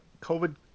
COVID